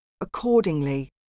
accordingly